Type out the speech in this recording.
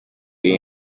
iyi